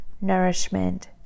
nourishment